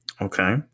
Okay